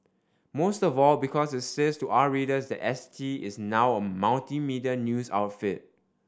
most of all because it says to our readers that S T is now a multimedia news outfit